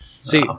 See